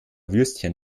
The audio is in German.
würstchen